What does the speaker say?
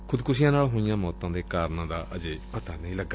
ਖੁਦਕੁਸੀ ਨਾਲ ਹੋਈਆਂ ਮੌਤਾਂ ਦੇ ਕਾਰਨਾਂ ਦਾ ਪਤਾ ਨਹੀਂ ਲੱਗਾ